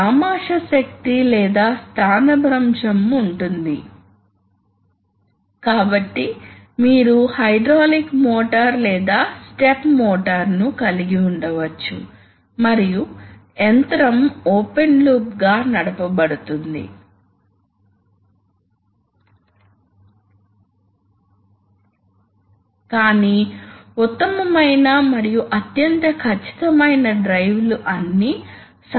సాధారణంగా ఒక ప్రయోజనం ఏమిటంటే అవి సులభంగా నిలిచిపోతాయి ఎలక్ట్రిక్ మోటార్స్ నిలిచిపోలేవని మీకు తెలుసు ఎందుకంటే ఈ మోటార్స్ ద్వారా చాలా పెద్ద కరెంట్ ప్రవహిస్తుంది మరియు అవి వేడెక్కడం మొదలైనవి చూడగలరు